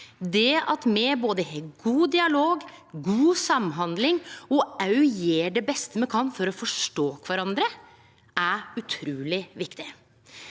Det at me både har god dialog, god samhandling og òg gjer det beste me kan for å forstå kvarandre, er utruleg viktig.